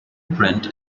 print